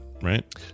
right